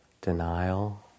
denial